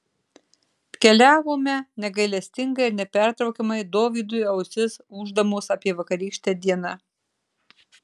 keliavome negailestingai ir nepertraukiamai dovydui ausis ūždamos apie vakarykštę dieną